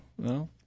No